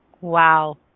Wow